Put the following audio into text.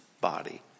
body